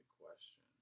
question